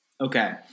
Okay